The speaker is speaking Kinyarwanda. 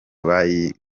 babyinaga